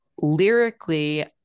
lyrically